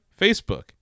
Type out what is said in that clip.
Facebook